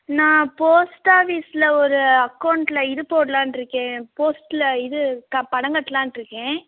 நான் போஸ்ட் ஆஃபீஸில் ஒரு அக்கௌண்ட்டில் இது போடலான்ருக்கேன் போஸ்ட்டல் இது க பணம் கட்டலான்ருக்கேன்